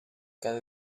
cada